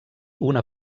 una